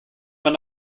man